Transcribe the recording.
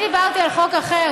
אני דיברתי על חוק אחר.